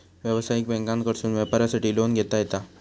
व्यवसायिक बँकांकडसून व्यापारासाठी लोन घेता येता